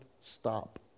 stop